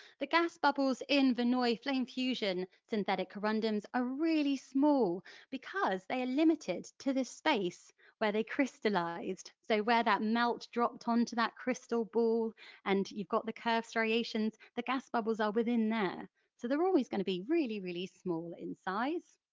the gas bubbles in verneuil flame fusion synthetic corundum are really small because they are limited to the space where they crystallised, so where that melt dropped on to that crystal ball and you've got the curved striations, the gas bubbles are within there so they're always going to be really really small in size.